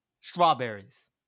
strawberries